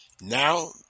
Now